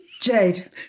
Jade